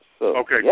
Okay